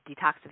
detoxification